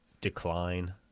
decline